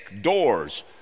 doors